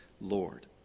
Lord